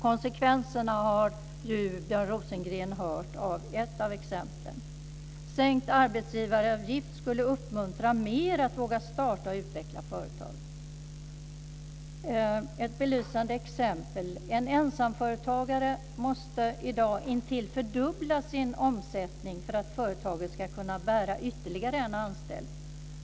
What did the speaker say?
Konsekvenserna har ju Björn Rosengren hört i ett av exemplen. Sänkt arbetsgivaravgift skulle uppmuntra fler att våga starta och utveckla företag. Jag kan ta ett belysande exempel. En ensamföretagare måste i dag näst intill fördubbla sin omsättning för att företaget ska kunna bära ytterligare en anställd.